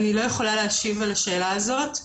אני לא יכולה להשיב על השאלה הזאת.